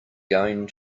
going